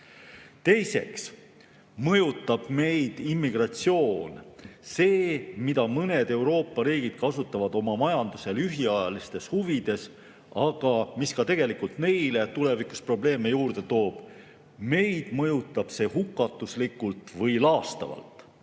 Teiseks mõjutab meid immigratsioon – see, mida mõned Euroopa riigid kasutavad oma majanduse lühiajalistes huvides, aga mis tegelikult ka neile tulevikus probleeme juurde toob. Meid mõjutab see hukatuslikult või laastavalt.